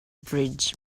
bridge